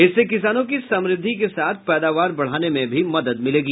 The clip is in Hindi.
इससे किसानों की समृद्धि के साथ पैदावार बढ़ाने में भी मदद मिलेगी